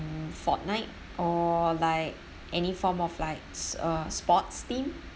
mm fortnite or like any form of like s~ uh sports team